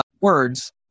words